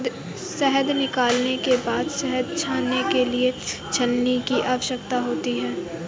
शहद निकालने के बाद शहद छानने के लिए छलनी की आवश्यकता होती है